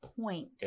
point